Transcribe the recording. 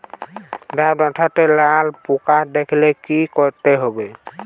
লাউ ডাটাতে লাল পোকা দেখালে কি করতে হবে?